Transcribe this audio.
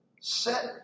set